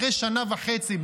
אחרי שנה וחצי,